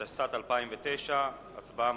התשס"ט 2009. ההצבעה מתחילה.